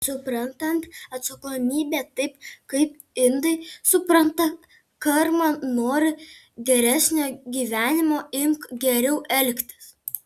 suprantant atsakomybę taip kaip indai supranta karmą nori geresnio gyvenimo imk geriau elgtis